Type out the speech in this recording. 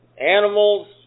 animals